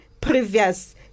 previous